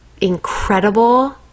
incredible